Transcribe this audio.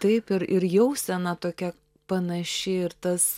taip ir ir jausena tokia panaši ir tas